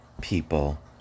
people